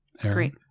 Great